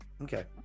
Okay